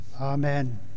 Amen